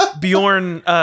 Bjorn